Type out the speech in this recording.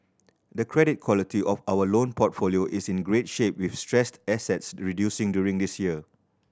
the credit quality of our loan portfolio is in great shape with stressed assets reducing during this year